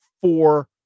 four